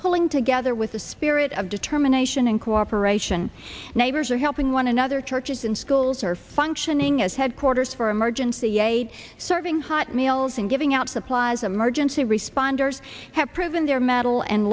pulling together with a spirit of determination and cooperation neighbors are helping one another churches and schools are functioning as headquarters for emergency aid serving hot meals and giving out supplies emergency responders have proven their mettle and